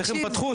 איך הם פתחו,